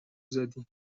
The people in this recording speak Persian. زدی